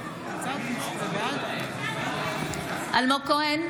קרעי, בעד אלמוג כהן,